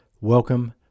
welcome